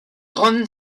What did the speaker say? ron